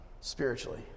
spiritually